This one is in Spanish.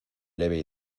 leve